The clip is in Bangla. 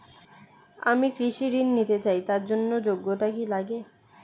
আমি কৃষি ঋণ নিতে চাই তার জন্য যোগ্যতা কি লাগে?